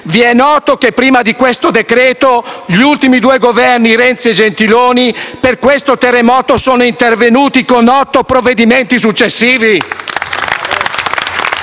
vi è noto che prima di questo decreto-legge gli ultimi due Governi di Renzi e Gentiloni Silveri per questo terremoto sono intervenuti con otto provvedimenti successivi?